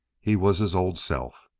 he was his old self.